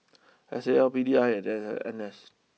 S A L P D I and N S